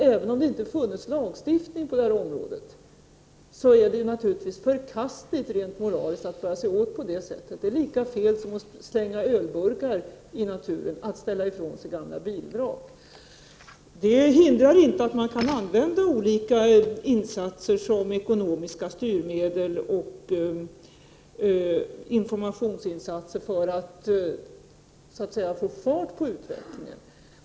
Även om det inte funnes lagstiftning på området är det naturligtvis rent moraliskt förkastligt att bära sig åt så. Att ställa ifrån sig gamla bilvrak är lika fel som att slänga ölburkar ute i naturen. Det hindrar inte att man kan använda olika insatser, t.ex. ekonomiska styrmedel och informationsinsatser, för att få fart på utvecklingen.